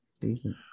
Decent